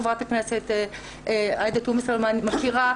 חברת הכנסת עאידה תומא סלימאן מכירה.